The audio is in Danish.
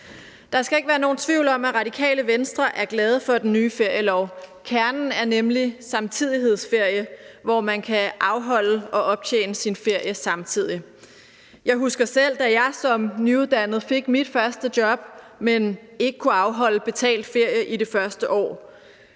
Der skal ikke være nogen tvivl om, at Radikale Venstre er glade for den nye ferielov. Kernen er nemlig samtidighedsferie, hvor man kan afholde og optjene sin ferie samtidig. Jeg husker selv, da jeg som nyuddannet fik mit første job, men ikke kunne afholde betalt ferie i det første år.